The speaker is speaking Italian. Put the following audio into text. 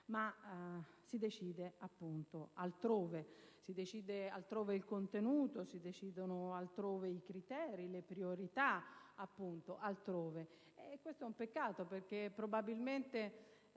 che si decide altrove. Si decide altrove il contenuto, si decidono altrove i criteri e le priorità. Questo è un peccato, perché, probabilmente,